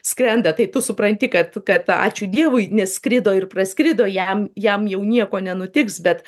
skrenda tai tu supranti kad kad ačiū dievui nes skrido ir praskrido jam jam jau nieko nenutiks bet